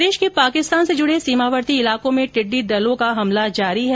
प्रदेश के पाकिस्तान से जुडे सीमावर्ती इलाकों में टिड्डी दलों का हमला जारी हैं